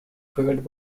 field